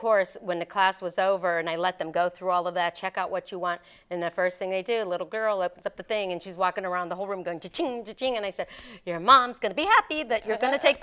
course when the class was over and i let them go through all of that check out what you want in the first thing they do a little girl opens up the thing and she's walking around the whole room going to change and i said your mom's going to be happy that you're going to take